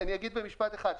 אני אגיד במשפט אחד.